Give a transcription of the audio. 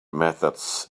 methods